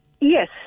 Yes